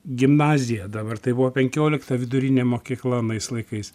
gimnaziją dabar tai buvo penkiolikta vidurinė mokykla anais laikais